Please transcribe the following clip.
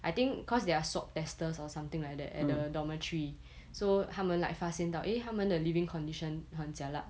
I think cause they are swab testers or something like that at the dormitory so 他们 like 发现到 eh 他们的 living condition 很 jialat